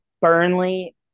Burnley